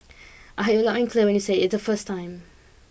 I heard you loud and clear when you said it the first time